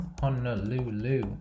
Honolulu